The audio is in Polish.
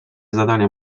zadania